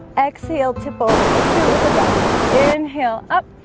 exhale tip over. let's do it with the breath inhale up